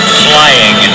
flying